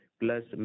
plus